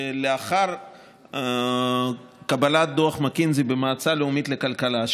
שלאחר קבלת דוח מקינזי במועצה הלאומית לכלכלה,